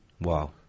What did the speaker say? Wow